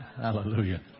Hallelujah